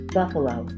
buffalo